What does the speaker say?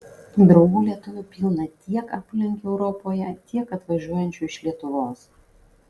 draugų lietuvių pilna tiek aplink europoje tiek atvažiuojančių iš lietuvos